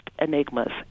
enigmas